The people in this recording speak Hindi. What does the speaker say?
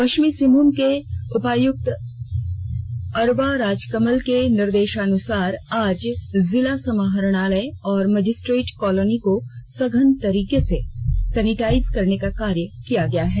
पश्चिमी सिंहभूम के उपायुक्त अरवा राजकमल के निर्देशानुसार आज जिला समाहरणालय और मैजिस्ट्रेट कॉलोनी को सघन तरीके से सैनिटाइज करने का कार्य किया गया है